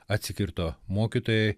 atsikirto mokytojai